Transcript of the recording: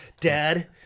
dad